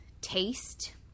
taste